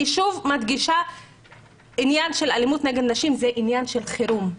שוב מדגישה שעניין של אלימות נגד נשים זה עניין של חירום.